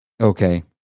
Okay